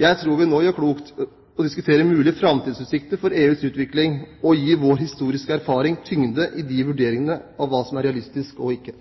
Jeg tror vi nå gjør klokt i å diskutere mulige framtidsutsikter for EUs utvikling og gi vår historiske erfaring tyngde i vurderingene av hva som er realistisk og ikke.